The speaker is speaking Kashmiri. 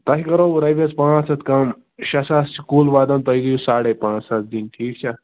تۄہہِ کَرہو رۄپیَس پانٛژھ ہَتھ کَم شےٚ ساس چھِ کُل واتان تۄہہِ گٔیِوٕ ساڑے پانٛژھ ساس دِنۍ ٹھیٖک چھا